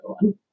one